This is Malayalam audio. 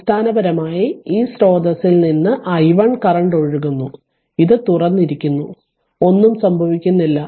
അടിസ്ഥാനപരമായി ഈ സ്രോതസ്സിൽ നിന്ന് i1 കറന്റ് ഒഴുകുന്നു ഇത് തുറന്നിരിക്കുന്നു ഒന്നും സംഭവിക്കുന്നില്ല